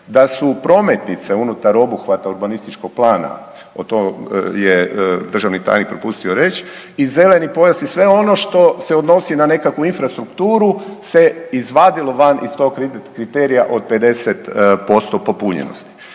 da su prometnice unutar obuhvata urbanističkog plana, to je državni tajnik propustio reć, i zeleni pojas i sve ono što se odnosi na nekakvu infrastrukturu se izvadilo van iz tog kriterija od 50% popunjenosti.